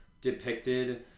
depicted